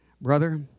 Brother